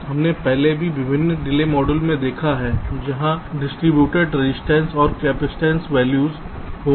हमने पहले भी विभिन्न डिले मॉडल में देखा है यहां डिस्ट्रिब्यूटेड रजिस्टेंस और कपसिटंस वैल्यूज होंगी